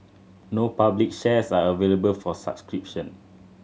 no public shares are available for